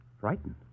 Frightened